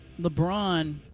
LeBron